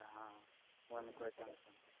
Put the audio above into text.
हँ कोइ ने कोइ